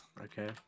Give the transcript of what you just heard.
Okay